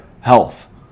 health